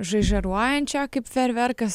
žaižaruojančio kaip fejerverkas